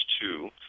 two